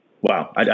Wow